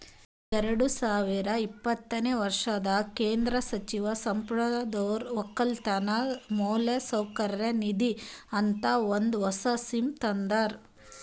ಎರಡು ಸಾವಿರ ಇಪ್ಪತ್ತನೆ ವರ್ಷದಾಗ್ ಕೇಂದ್ರ ಸಚಿವ ಸಂಪುಟದೊರು ಒಕ್ಕಲತನ ಮೌಲಸೌಕರ್ಯ ನಿಧಿ ಅಂತ ಒಂದ್ ಹೊಸ ಸ್ಕೀಮ್ ತಂದಾರ್